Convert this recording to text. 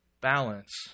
balance